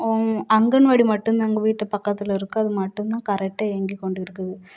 அங்கன்வாடி மட்டும்தான் எங்கள் வீட்டு பக்கத்தில் இருக்கு அது மட்டும்தான் கரெக்டாக இயங்கி கொண்டு இருக்குது